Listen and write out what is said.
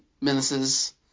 menaces